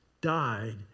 died